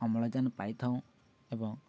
ଅମ୍ଳଜାନ ପାଇଥାଉଁ ଏବଂ